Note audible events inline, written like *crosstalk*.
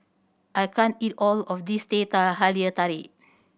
I can't eat all of this teh *unintelligible* halia tarik